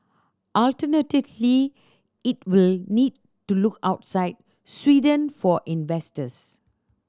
alternatively it will need to look outside Sweden for investors